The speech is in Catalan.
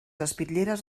espitlleres